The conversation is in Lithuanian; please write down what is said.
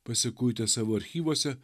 pasikuitę savo archyvuose